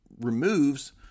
removes